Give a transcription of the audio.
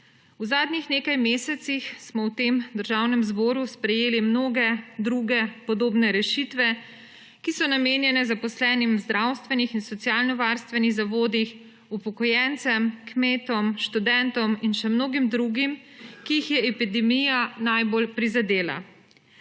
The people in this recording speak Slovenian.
V zadnjih nekaj mesecih smo v tem državnem zboru sprejeli mnoge druge podobne rešitve, ki so namenjene zaposlenim v zdravstvenih in socialnovarstvenih zavodih, upokojencem, kmetom, študentom in še mnogim drugim, ki jih je epidemija najbolj prizadela.